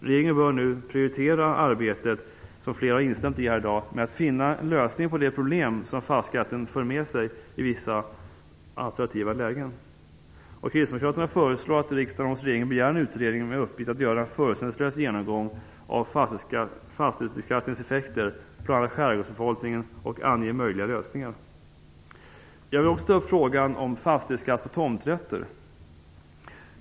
Regeringen bör nu prioritera arbetet med att finna en lösning på de problem som fastighetsskatten för med sig i vissa attraktiva lägen, vilket flera har instämt i här i dag. Kristdemokraterna föreslår att riksdagen hos regeringen begär en utredning med uppgift att göra en förutsättningslös genomgång av fastighetsbeskattningens effekter på bl.a. skärgårdsbefolkningen och ange möjliga lösningar. Jag vill också ta upp frågan om fastighetsskatt på tomträtter.